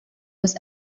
was